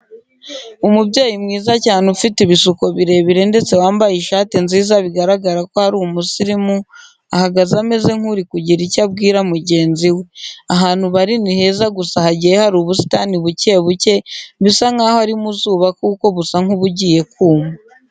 Umubyeyi mwiza cyane ufite ibisuko birebire ndetse wambaye ishati nziza bigaragara ko ari umusirimu, ahagaze ameze nk'uri kugira icyo abawira mugenzi we. Ahantu bari ni heza gusa hagiye hari ubusitani buke buke, bisa nkaho ari mu izuba kuko busa nk'ubugiye kuma.